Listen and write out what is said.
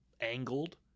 angled